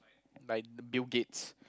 like Bill-Gates